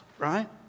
Right